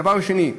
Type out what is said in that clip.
דבר שני,